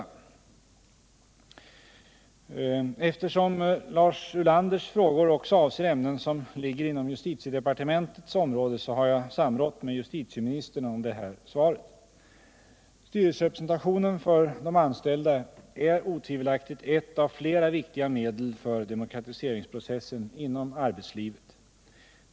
Eftersom Lars Ulanders frågor också avser ämnen som ligger inom justitiedepartementets område, har jag samrått med justitieministern om detta svar. Styrelserepresentationen för de anställda är otvivelaktigt ett av flera viktiga medel för demokratiseringsprocessen inom arbetslivet.